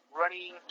running